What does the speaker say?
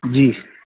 جی